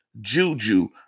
Juju